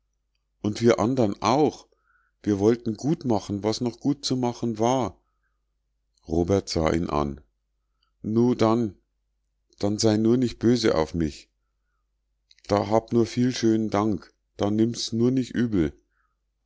und wir andern auch wir wollten gut machen was noch gutzumachen war robert sah ihn an nu dann dann sei nur nich böse auf mich da hab nur vielen schönen dank da nimm's nur nich übel